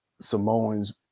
Samoans